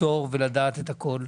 הכפתור ולדעת את הכול?